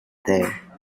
there